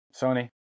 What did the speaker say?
Sony